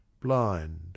blind